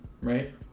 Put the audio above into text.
right